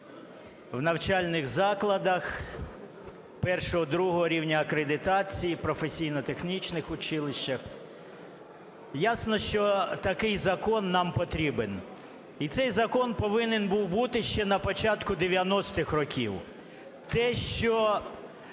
в навчальних закладах І-ІІ рівня акредитації, професійно-технічних училищах! Ясно, що такий закон нам потрібен. І цей закон повинен був бути ще на початку 90-х років. Те, що